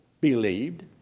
believed